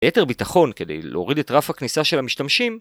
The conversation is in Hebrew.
לייתר ביטחון כדי להוריד את רף הכניסה של המשתמשים